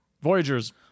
Voyagers